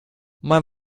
man